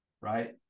right